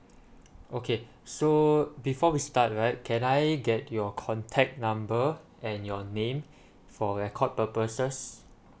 okay so before we start right can I get your contact number and your name for record purposes